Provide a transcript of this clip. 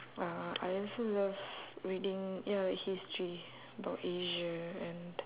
well I also love reading ya like history about asia and